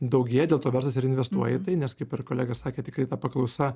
daugėja dėl to verslas ir investuoja į tai nes kaip ir kolega sakė tikrai ta paklausa